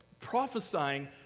prophesying